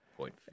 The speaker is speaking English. point